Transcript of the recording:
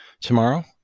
Tomorrow